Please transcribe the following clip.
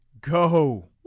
go